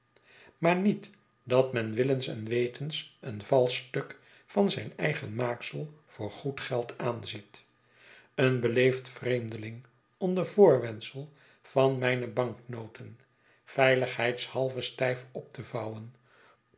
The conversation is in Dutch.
maar niet dat men willens en wetens een valsch stuk van zijn eigen maaksel voor goed geld aanziet een beleefd vreemdeling onder voorwendsel van mijne banknoten veiligheidshalve stijf op te vouwen